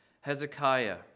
Hezekiah